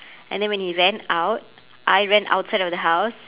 and then when he ran out I ran outside of the house